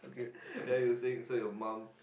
ya you were saying so your mum